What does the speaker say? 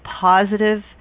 positive